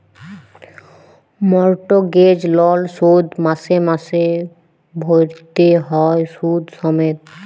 mortgage লল শোধ মাসে মাসে ভ্যইরতে হ্যয় সুদ সমেত